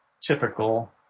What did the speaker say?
typical